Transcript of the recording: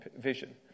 vision